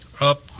up